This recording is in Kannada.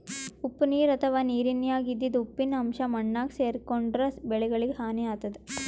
ಉಪ್ಪ್ ನೀರ್ ಅಥವಾ ನೀರಿನ್ಯಾಗ ಇದ್ದಿದ್ ಉಪ್ಪಿನ್ ಅಂಶಾ ಮಣ್ಣಾಗ್ ಸೇರ್ಕೊಂಡ್ರ್ ಬೆಳಿಗಳಿಗ್ ಹಾನಿ ಆತದ್